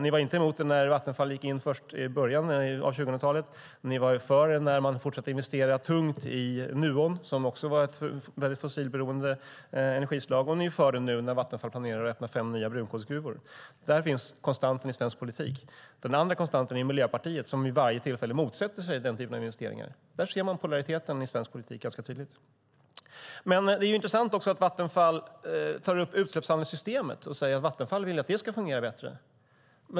Ni var inte emot det när Vattenfall gick in i början av 2000-talet. Ni var för det när man fortsatte att investera tungt i Nuon, som också använde ett fossilberoende energislag, och ni är för det nu när Vattenfall planerar att öppna fem nya brunkolsgruvor. Där finns konstanten i svensk politik. Den andra konstanten är Miljöpartiet, som vid varje tillfälle motsätter sig denna typ av investeringar. Där ser man polariteten i svensk politik ganska tydligt. Det är intressant att Vattenfall tar upp utsläppshandelssystemet och säger att de vill att det ska fungera bättre.